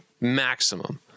Maximum